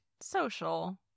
social